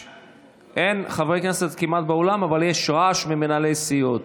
אין כמעט חברי כנסת באולם אבל יש רעש ממנהלי הסיעות.